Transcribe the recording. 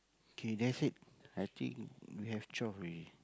K that's it I think we have twelve already